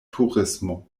turismo